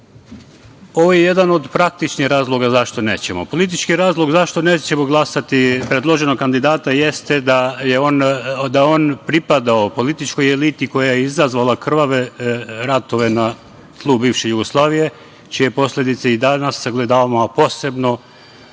Ovo je jedan od praktičnih razloga zašto nećemo. Politički razlog zašto nećemo glasati za predloženog kandidata jeste da je on pripadao političkoj eliti koja je izazvala krvave ratove na tlu bivše Jugoslavije, čije posledice i danas sagledavamo, a posebno